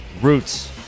Roots